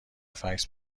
فکس